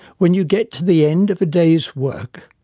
when you get to the end of a day's work,